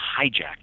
hijacked